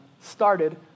started